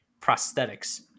prosthetics